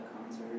concert